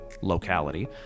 locality